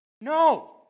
No